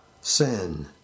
sin